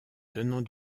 tenant